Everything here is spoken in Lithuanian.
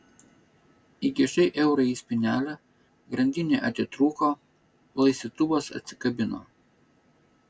įkišai eurą į spynelę grandinė atitrūko laistytuvas atsikabino